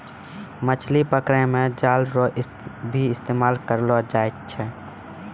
मछली पकड़ै मे जाल रो भी इस्तेमाल करलो जाय छै